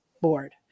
Board